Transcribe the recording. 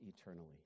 eternally